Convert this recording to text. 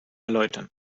erläutern